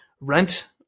rent